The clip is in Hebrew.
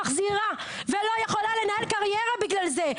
מחזירה ולא יכולה לנהל קריירה בגלל זה.